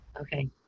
Okay